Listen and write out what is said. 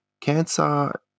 Cancer